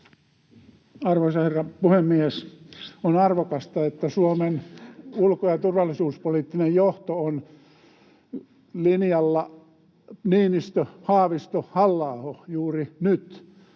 Arvoisa herra puhemies! On arvokasta, että Suomen ulko- ja turvallisuuspoliittinen johto on linjalla Niinistö—Haavisto—Halla-aho juuri nyt.